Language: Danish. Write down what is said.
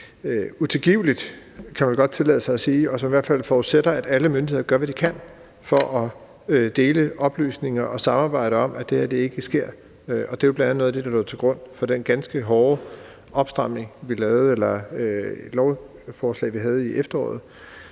utilgiveligt, kan man godt tillade sig at sige, og som i hvert fald tilsiger , at alle myndigheder gør, hvad de kan, for at dele oplysninger og samarbejder om, at det her ikke sker. Det var bl.a. noget af det, der lå til grund for den ganske hårde opstramning af loven, vi lavede med lovforslaget i efteråret,